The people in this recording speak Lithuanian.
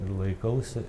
ir laikausi